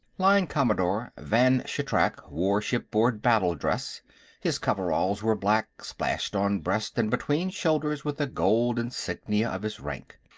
line-commodore vann shatrak wore shipboard battle-dress his coveralls were black, splashed on breast and between shoulders with the gold insignia of his rank.